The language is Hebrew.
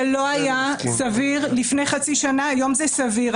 זה לא היה סביר לפני חצי שנה היום זה סביר.